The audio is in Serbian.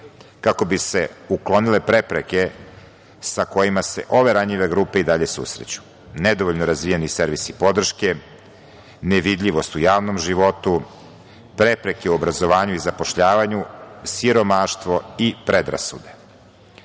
kako bi se uklonile prepreke sa kojima se ove ranjive grupe i dalje susreću. Nedovoljno razvijeni servisi podrške, nevidljivost u javnom životu, prepreke u obrazovanju i zapošljavanju, siromaštvo i predrasude. Nadležnim